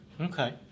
Okay